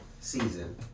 season